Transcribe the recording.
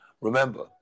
Remember